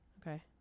Okay